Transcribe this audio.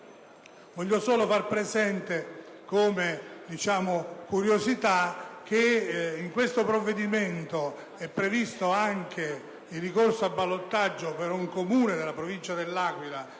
Voglio solo far presente, come curiosità, che nel provvedimento è previsto anche il ricorso al ballottaggio per un Comune della Provincia dell'Aquila,